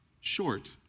Short